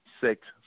six